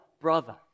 brother